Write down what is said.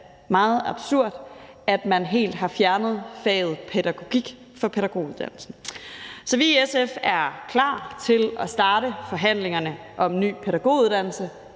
meget absurd, at man helt har fjernet faget pædagogik fra pædagoguddannelsen. Så vi i SF er klar til at starte forhandlingerne om en ny pædagoguddannelse,